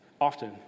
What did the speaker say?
often